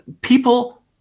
people